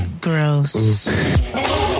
Gross